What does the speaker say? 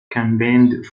campaigned